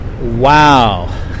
Wow